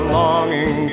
longing